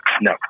No